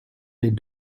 des